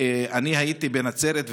אני הייתי בנצרת,